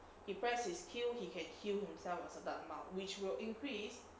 he pressed his skill he can heal himself a certain amount which will increase